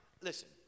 Listen